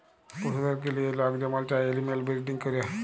পশুদেরকে লিঁয়ে লক যেমল চায় এলিম্যাল বিরডিং ক্যরে